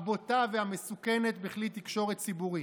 הבוטה והמסוכנת בכלי תקשורת ציבורי.